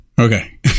okay